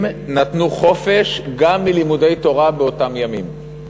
נתנו חופש גם מלימודי תורה באותם ימים.